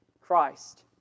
Christ